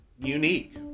unique